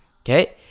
Okay